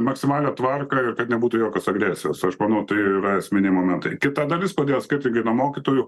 maksimalią tvarką ir kad nebūtų jokios agresijos aš manau tai ir yra esminiai momentai kita dalis todėl skirtingai nuo mokytojų